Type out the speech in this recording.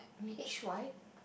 H Y